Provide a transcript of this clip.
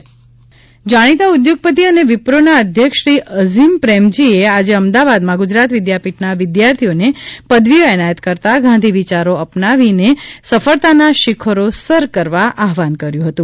ગુજરાત વિદ્યાપીઠ પદવીદાન જાણીતા ઉદ્યોગપતી અને વિપ્રોના અધ્યક્ષ શ્રી અઝીમ પ્રેમજીએ આજે અમદાવાદમાં ગુજરાત વિદ્યાપીઠના વિદ્યાર્થીઓને પદવીઓ એનાયત કરતા ગાંધી વિયારો અપનાવીને સફળતાનાં શિખરો સર કરવા આહવાન કર્યું હતું